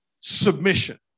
submission